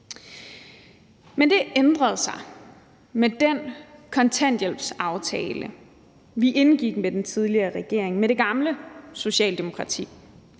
Men det ændrede sig med den kontanthjælpsaftale, vi indgik med den tidligere regering, med de gamle Socialdemokrati.